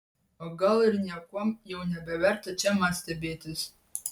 o gal ir niekuom jau nebeverta čia man stebėtis